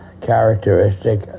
characteristic